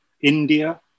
India